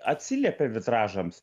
atsiliepė vitražams